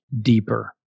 deeper